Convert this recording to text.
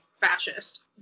fascist